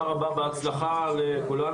תודה רבה ובהצלחה לכולנו.